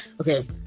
Okay